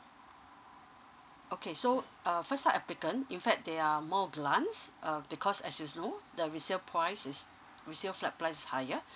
okay so uh first time applicant in fact there are more grants uh because as you see the resale price is resale flat price is higher